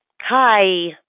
Hi